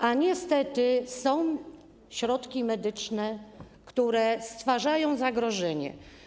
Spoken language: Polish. A niestety są środki medyczne, które stwarzają zagrożenie.